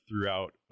throughout